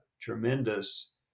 tremendous